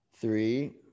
three